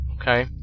Okay